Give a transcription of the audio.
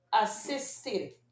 Assisted